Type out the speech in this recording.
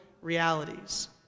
realities